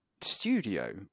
studio